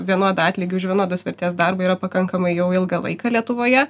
vienodą atlygį už vienodos vertės darbą yra pakankamai jau ilgą laiką lietuvoje